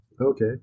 Okay